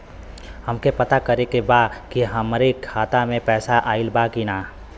हमके पता करे के बा कि हमरे खाता में पैसा ऑइल बा कि ना?